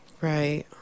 Right